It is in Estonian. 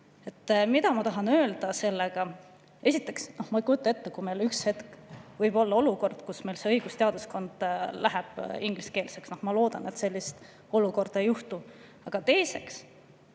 Mida ma tahan sellega öelda? Esiteks, ma ei kujuta ette, et üks hetk võib käes olla olukord, kus meil õigusteaduskond läheb ingliskeelseks. Ma loodan, et sellist olukorda ei teki. Aga teiseks,